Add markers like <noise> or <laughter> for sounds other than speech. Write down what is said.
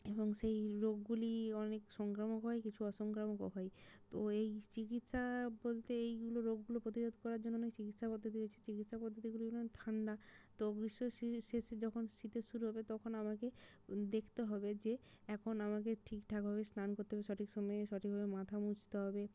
এবং সেই রোগগুলি অনেক সংক্রামক হয় কিছু অসংক্রামকও হয় তো এই চিকিৎসা বলতে এইগুলো রোগগুলো প্রতিরোধ করার জন্য অনেক চিকিৎসা পদ্ধতি রয়েছে চিকিৎসা পদ্ধতিগুলো <unintelligible> ঠান্ডা তো গ্রীষ্ম শেষে যখন শীতের শুরু হবে তখন আমাকে দেখতে হবে যে এখন আমাকে ঠিকঠাকভাবে স্নান করতে হবে সঠিক সময়ে সঠিকভাবে মাথা মুছতে হবে